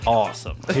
awesome